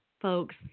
folks